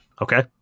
okay